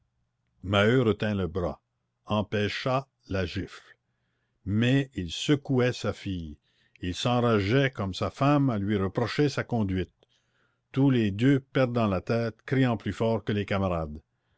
maheu retint le bras empêcha la gifle mais il secouait sa fille il s'enrageait comme sa femme à lui reprocher sa conduite tous les deux perdant la tête criant plus fort que les camarades